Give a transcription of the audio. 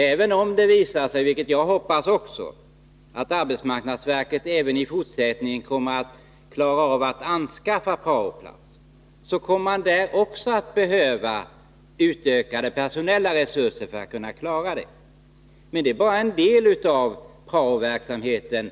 Även om det visar sig, vilket jag också hoppas, att arbetsmarknadsverket även i fortsättningen kommer att klara av att anskaffa prao-platser, så kommer man där också att behöva utökade personella resurser. Men att anskaffa platser är bara en del av prao-verksamheten.